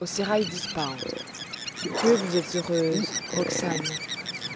d'ispahan que vous êtes heureuse roxane